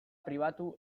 pribatu